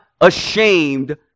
ashamed